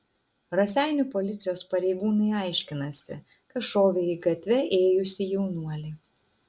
raseinių policijos pareigūnai aiškinasi kas šovė į gatve ėjusį jaunuolį